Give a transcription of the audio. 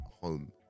home